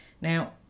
Now